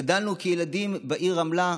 גדלנו כילדים בעיר רמלה,